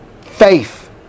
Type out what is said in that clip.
faith